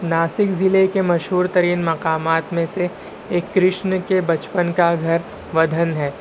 ناسک ضلع کے مشہور ترین مقامات میں سے ایک کرشن کے بچپن کا گھر ودھن ہے